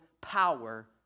power